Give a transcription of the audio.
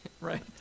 Right